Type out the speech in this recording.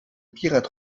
pirate